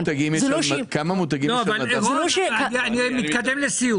אני מתקדם לסיום.